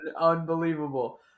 unbelievable